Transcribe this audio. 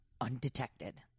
undetected